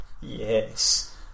yes